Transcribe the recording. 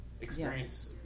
experience